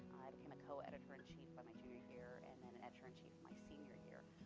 i became a co-editor-in-chief by my junior year, and then editor-in-chief my senior year,